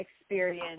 experience